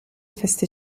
feste